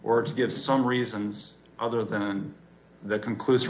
or to give some reasons other than the conclus